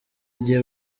igihe